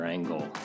Angle